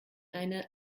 eine